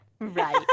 right